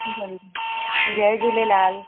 जल्दी जय झूलेलाल